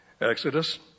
Exodus